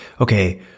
okay